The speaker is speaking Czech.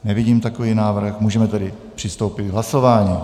Nevidím takový návrh, můžeme tedy přistoupit k hlasování.